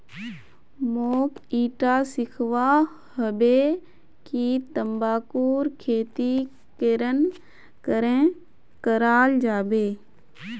मोक ईटा सीखवा हबे कि तंबाकूर खेती केरन करें कराल जाबे